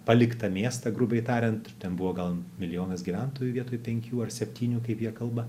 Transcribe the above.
paliktą miestą grubiai tariant ten buvo gal milijonas gyventojų vietoj penkių ar septynių kaip jie kalba